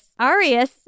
Arius